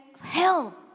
hell